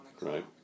right